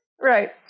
Right